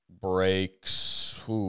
breaks